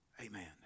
Amen